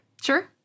Sure